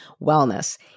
wellness